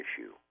issue